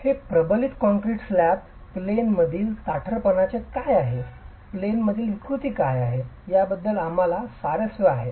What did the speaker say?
हे प्रबलित concrete slab plane मधील ताठरपणामध्ये काय आहे प्लेन मधील विकृती काय आहे याबद्दल आम्हाला स्वारस्य आहे